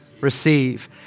receive